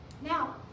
Now